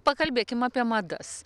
pakalbėkim apie madas